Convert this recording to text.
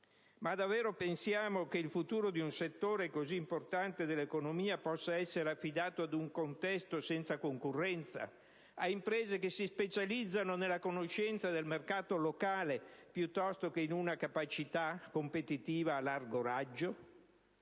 Ma davvero pensiamo che il futuro di un settore così importante dell'economia possa essere affidato ad un contesto senza concorrenza e a imprese che si specializzano nella conoscenza del mercato locale piuttosto che in una capacità competitiva a largo raggio?